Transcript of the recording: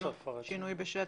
שינוי בשטח.